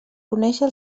conéixer